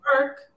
Work